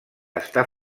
està